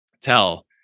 tell